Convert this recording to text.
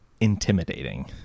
intimidating